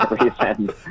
reasons